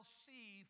see